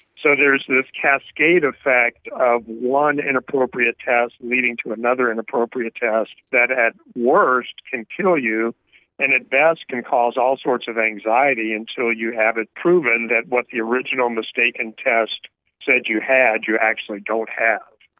so there's this cascade effect of one inappropriate test leading to another inappropriate test that at worst can kill you and at best can cause all sorts of anxiety until you have it proven that what the original mistaken test said you had, you actually don't have.